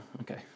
okay